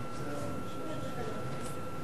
מוסלמי.